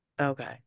Okay